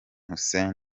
hussein